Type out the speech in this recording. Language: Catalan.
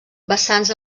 vessants